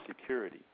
security